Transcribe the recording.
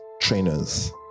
trainers